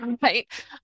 right